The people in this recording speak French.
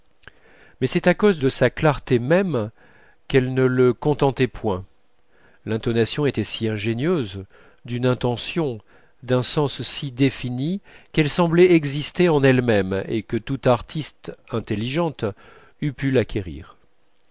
mais c'est à cause de sa clarté même qu'elle ne le contentait point l'intonation était si ingénieuse d'une intention d'un sens si définis qu'elle semblait exister en elle-même et que toute artiste intelligente eût pu l'acquérir